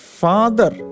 father